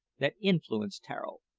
that influenced tararo,